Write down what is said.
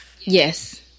Yes